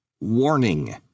warning